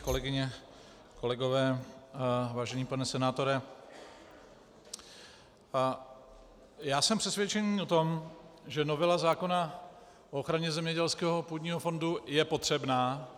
Kolegyně, kolegové, vážený pane senátore, jsem přesvědčený o tom, že novela zákona o ochraně zemědělského půdního fondu je potřebná.